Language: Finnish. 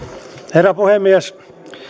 herra puhemies